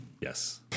Yes